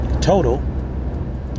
total